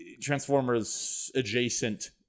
Transformers-adjacent